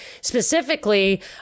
Specifically